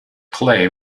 clay